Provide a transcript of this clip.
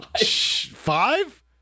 Five